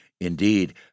Indeed